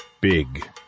Big